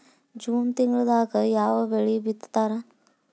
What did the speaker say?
June ತಿಂಗಳದಾಗ ಯಾವ ಬೆಳಿ ಬಿತ್ತತಾರ?